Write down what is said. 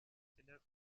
sénat